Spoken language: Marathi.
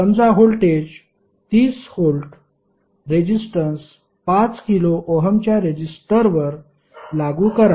समजा व्होल्टेज 30 व्होल्ट रेजिस्टन्स 5 किलो ओहमच्या रेजिस्टरवर लागू करा